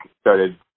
started